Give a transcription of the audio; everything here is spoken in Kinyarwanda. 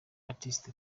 artist